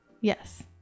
Yes